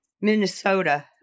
Minnesota